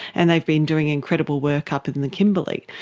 and they've been doing incredible work up in the kimberley.